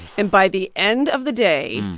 and by the end of the day,